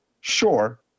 Sure